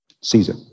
Caesar